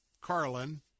Carlin